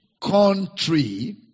country